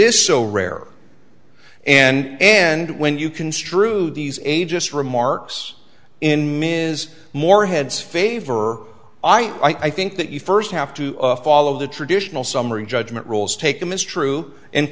is so rare and and when you construed these agents remarks in mean is more heads favor i think that you first have to follow the traditional summary judgment rules take them is true and